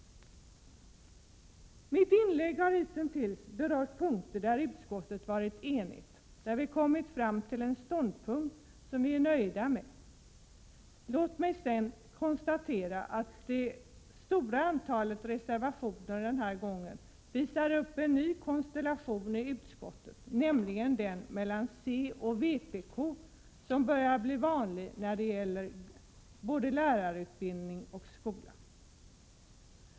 Mitt inlägg har hittills berört punkter där utskottet varit enigt, där vi kommit fram till en ståndpunkt som vi är nöjda med. Jag noterar att det stora antalet reservationer visar upp en ny konstellation i utskottet, nämligen mellan centern och vpk, något som börjar bli vanligt i frågor som rör lärarutbildning och skola.